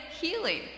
healing